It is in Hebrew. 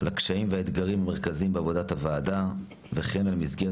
על הקשיים והאתגרים המרכזיים בעבודת הוועדה וכן על המסגרת